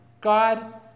God